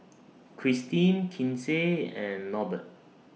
Kristine Kinsey and Norbert